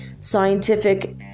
scientific